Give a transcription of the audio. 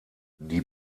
die